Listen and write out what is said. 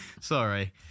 Sorry